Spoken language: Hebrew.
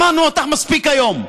שמענו אותך מספיק היום.